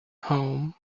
home